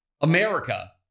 America